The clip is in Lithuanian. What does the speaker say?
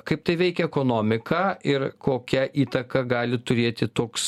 kaip tai veikia ekonomiką ir kokią įtaką gali turėti toks